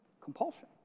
compulsion